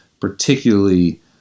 particularly